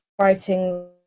writing